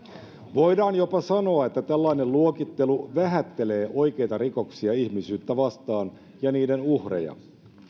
voidaan jopa sanoa että tällainen luokittelu vähättelee oikeita rikoksia ihmisyyttä vastaan ja niiden uhreja